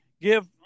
give